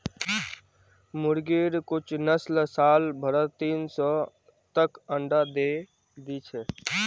मुर्गिर कुछ नस्ल साल भरत तीन सौ तक अंडा दे दी छे